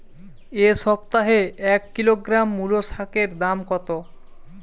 এ সপ্তাহে এক কিলোগ্রাম মুলো শাকের দাম কত?